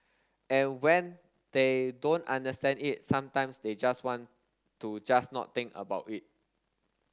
and when they don't understand it sometimes they just want to just not think about it